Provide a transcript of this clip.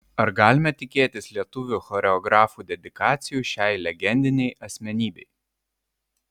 ar galime tikėtis lietuvių choreografų dedikacijų šiai legendinei asmenybei